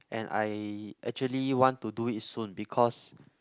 and I actually want to do it soon because